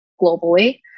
globally